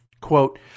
Quote